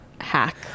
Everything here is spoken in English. hack